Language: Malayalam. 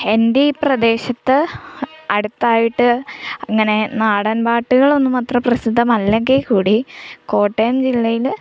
എൻ്റെ ഈ പ്രദേശത്ത് അടുത്തായിട്ട് അങ്ങനെ നാടൻ പാട്ടുകളൊന്നും അത്ര പ്രസിദ്ധമല്ലെങ്കിൽ കൂടി കോട്ടയം ജില്ലയിൽ